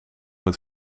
het